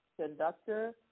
conductor